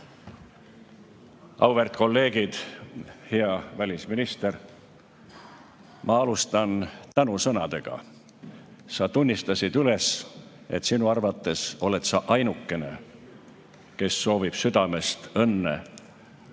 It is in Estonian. Auväärt kolleegid! Hea välisminister! Ma alustan tänusõnadega. Sa tunnistasid üles, et sinu arvates oled sa ainukene, kes soovib südamest õnne